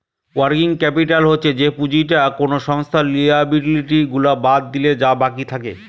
working capital হচ্ছে যে পুঁজিটা কোনো সংস্থার লিয়াবিলিটি গুলা বাদ দিলে যা বাকি থাকে